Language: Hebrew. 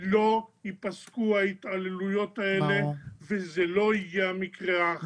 לא ייפסקו ההתעללויות האלה וזה לא יהיה המקרה האחרון.